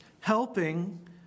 helping